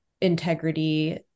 integrity